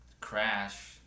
crash